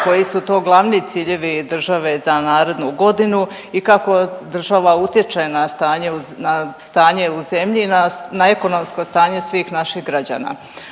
koji su to glavni ciljevi države za narednu godinu i kako država utječe na stanje u zemlji, na ekonomsko stanje svih naših građana.